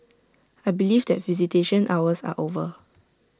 I believe that visitation hours are over